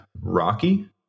Rocky